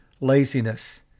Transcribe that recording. Laziness